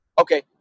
Okay